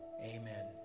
amen